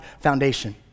foundation